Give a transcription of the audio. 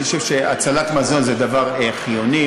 אני חושב שהצלת מזון זה דבר חיוני,